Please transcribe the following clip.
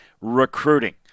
Recruiting